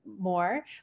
more